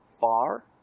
far